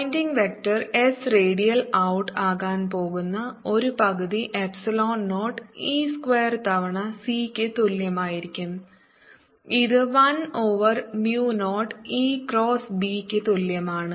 Poynting vector s radial out ആകാൻ പോകുന്ന ഒരു പകുതി എപ്സിലോൺ 0 E സ്ക്വയർ തവണ c ക്ക് തുല്യമായിരിക്കും ഇത് 1 over mu 0 E cross b ക്ക് തുല്യമാണ്